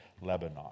Lebanon